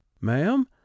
ma'am